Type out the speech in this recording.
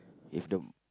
if the